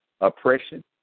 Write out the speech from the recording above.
oppression